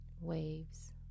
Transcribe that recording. Waves